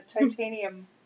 titanium